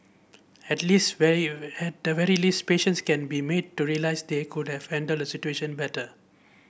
at least very at the very least patients can be made to realise they could have handled the situation better